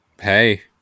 Hey